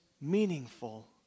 meaningful